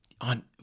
on